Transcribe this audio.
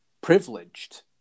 privileged